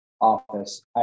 office